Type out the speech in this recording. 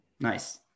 Nice